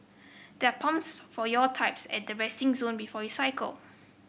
there are pumps for your types at the resting zone before you cycle